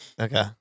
okay